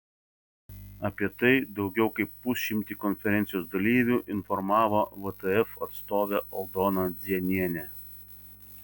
apie tai daugiau kaip pusšimtį konferencijos dalyvių informavo vtf atstovė aldona dzienienė